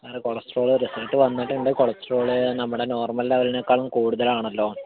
cholesterol result വന്നിട്ടുണ്ട് cholesterol നമ്മുടെ normal ലെവലിനേക്കാളും കൂടുതലാണല്ലോ